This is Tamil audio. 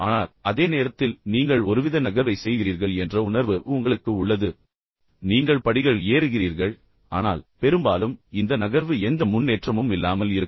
ஆனால் அதே நேரத்தில் நீங்கள் ஒருவித நகர்வை செய்கிறீர்கள் என்ற உணர்வு உங்களுக்கு உள்ளது நீங்கள் படிகள் ஏறுகிறீர்கள் ஆனால் பெரும்பாலும் இந்த நகர்வு எந்த முன்னேற்றமும் இல்லாமல் இருக்கும்